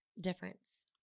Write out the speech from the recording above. difference